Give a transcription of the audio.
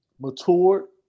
matured